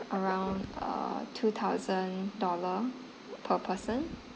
around uh two thousand dollar per person